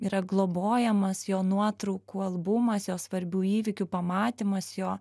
yra globojamas jo nuotraukų albumas jo svarbių įvykių pamatymas jo